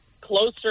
closer